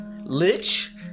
lich